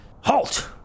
halt